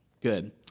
good